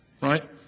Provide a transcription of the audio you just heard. right